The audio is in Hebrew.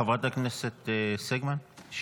חברת הכנסת שיר סגמן.